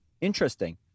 interesting